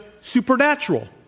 supernatural